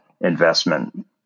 investment